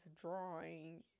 drawing